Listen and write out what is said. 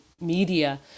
media